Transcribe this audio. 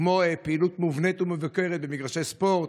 כמו פעילות מובנית ומבוקרת במגרשי ספורט,